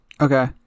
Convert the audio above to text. Okay